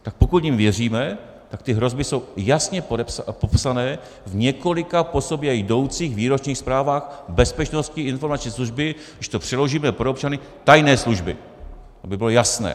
Tak pokud jim věříme, tak ty hrozby jsou jasně popsané v několika po sobě jdoucích výročních zprávách Bezpečnostní informační služby, když to přeložíme pro občany tajné služby, aby bylo jasné.